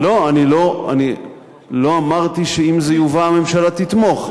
לא אמרתי שאם זה יובא הממשלה תתמוך.